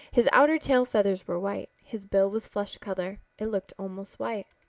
his outer tail feathers were white. his bill was flesh color. it looked almost white.